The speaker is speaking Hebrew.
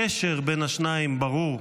הקשר בין השניים ברור.